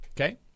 Okay